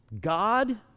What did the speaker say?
God